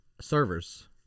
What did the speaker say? servers